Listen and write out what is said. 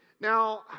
Now